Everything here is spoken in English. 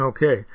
Okay